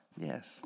Yes